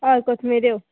हय कोथमेऱ्यो